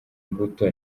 mbuto